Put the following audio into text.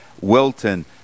Wilton